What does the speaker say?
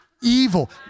evil